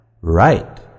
Right